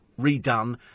redone